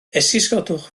esgusodwch